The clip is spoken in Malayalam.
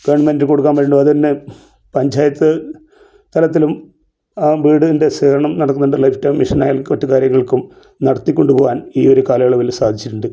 ഗെവൺമെൻട് കൊടുക്കാൻ അത് തന്നെ പഞ്ചായത്ത് തലത്തിലും ആ വീട് ൻ്റെ ഷേമം നടക്കുന്നുണ്ട് ലെഫ്റ്റ് മിഷണ കെട്ട് കാര്യങ്ങൾക്കും നടത്തിക്കൊണ്ട് പോകുവാൻ ഈ ഒരു കാലയളവില് സാധിച്ചിട്ടുണ്ട്